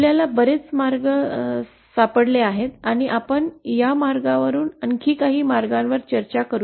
आपल्याला बरेच मार्ग सापडले आहेत आणि आपण या मार्गावरुन आणखी काही मार्गांवर चर्चा करू